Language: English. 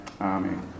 Amen